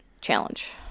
challenge